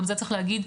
גם זה צריך להגיד,